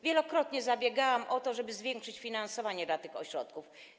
Wielokrotnie zabiegałam o to, żeby zwiększyć finansowanie dla tych ośrodków.